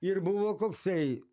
ir buvo koksai